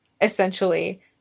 essentially